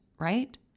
right